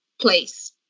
place